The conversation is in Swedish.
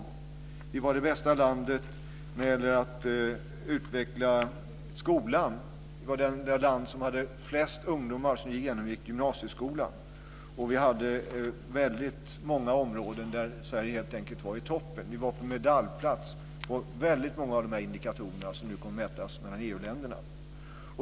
Sverige var det bästa landet i fråga om att utveckla skolan och var det land där flest ungdomar genomgår gymnasieskolan. På väldigt många områden var Sverige helt enkelt i toppen. Vi var också på medaljplats när det gällde väldigt många av de indikatorer som tas fram för EU länderna.